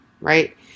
right